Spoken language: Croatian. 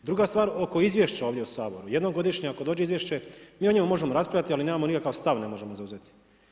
Druga stvar oko izvješća ovdje u Saboru, jednogodišnje ako dođe izvješće, mi o njemu možemo raspravljati ali nikakav stav ne možemo zauzeti.